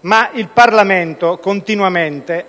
Ma il Parlamento continuamente